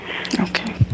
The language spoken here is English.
Okay